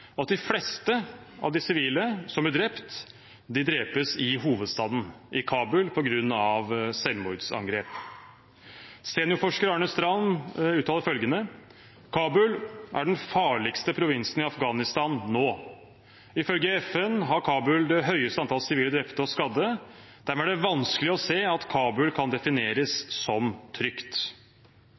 og at de fleste av de sivile som blir drept, drepes i hovedstaden, Kabul, på grunn av selvmordsangrep. Seniorforsker Arne Strand uttaler følgende: «Kabul er den farligste provinsen i Afghanistan nå. Ifølge FN har Kabul det høyeste antallet sivile drepte og skadde. Dermed er det vanskelig å se at Kabul kan defineres som trygt.»